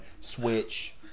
Switch